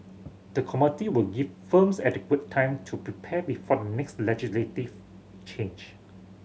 the committee will give firms adequate time to prepare before next legislative change